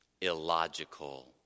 illogical